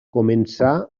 començà